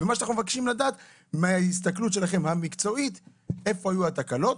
אנחנו מבקשים לדעת מההסתכלות המקצועית שלכם איפה היו התקלות,